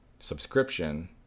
subscription